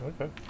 Okay